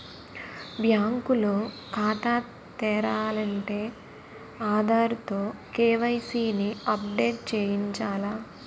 bank లో ఖాతా తెరాలంటే ఆధార్ తో కే.వై.సి ని అప్ డేట్ చేయించాల